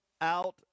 out